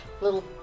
little